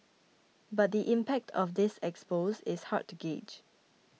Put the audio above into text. but the impact of this expose is hard to gauge